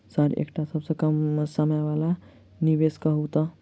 Sir एकटा सबसँ कम समय वला निवेश कहु तऽ?